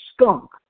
skunk